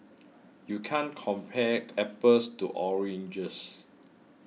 you can't compare apples to oranges